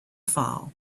fall